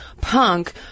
punk